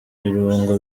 ibirungo